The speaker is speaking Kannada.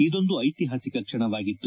ಇದೊಂದು ಐತಿಹಾಸಿಕ ಕ್ಷಣವಾಗಿತ್ತು